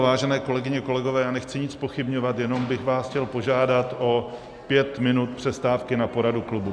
Vážené kolegyně, kolegové, já nechci nic zpochybňovat, jenom bych vás chtěl požádat o pět minut přestávky na poradu klubu.